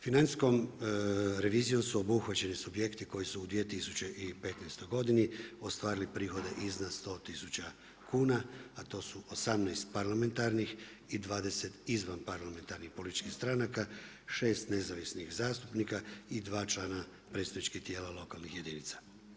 Financijskom revizijom su obuhvaćeni subjekti koji su u 2015. godini ostvarili prihode iznad 100 tisuća, a to su 18 parlamentarnih i 20 izvan parlamentarnih političkih stranaka, 6 nezavisnih zastupnika i 2 člana predstavničkih tijela lokalnih jedinica.